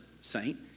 saint